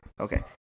okay